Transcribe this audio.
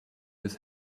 his